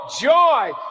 joy